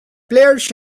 players